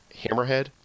hammerhead